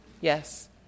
yes